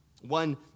One